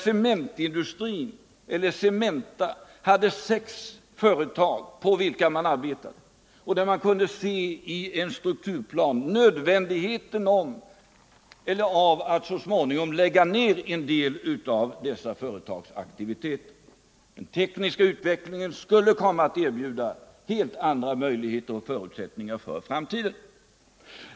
Cementa hade sin verksamhet fördelad på sex företag, och man kunde i funderingar över strukturfrågorna se nödvändigheten av att så småningom lägga ned en del av dessa företagsaktiviteter. Den tekniska utvecklingen skulle komma att erbjuda helt andra möjligheter och förutsättningar för framtiden.